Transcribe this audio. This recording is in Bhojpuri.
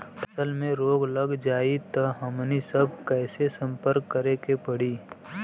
फसल में रोग लग जाई त हमनी सब कैसे संपर्क करें के पड़ी?